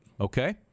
okay